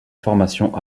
formation